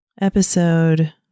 Episode